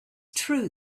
true